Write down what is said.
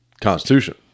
Constitution